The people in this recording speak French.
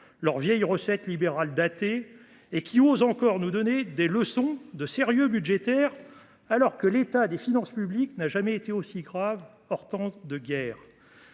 leur vieille recette libérale datée. Elles osent nous donner des leçons de sérieux budgétaire, alors que l’état des finances publiques n’a jamais été aussi grave, hors temps de guerre.